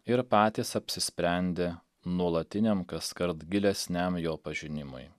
ir patys apsisprendė nuolatiniam kaskart gilesniam jo pažinimui